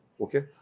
Okay